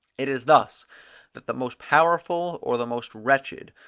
it is thus that the most powerful or the most wretched,